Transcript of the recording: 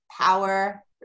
power